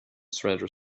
stranger